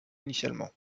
initialement